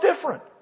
different